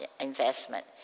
investment